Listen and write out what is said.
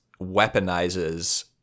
weaponizes